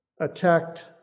attacked